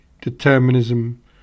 determinism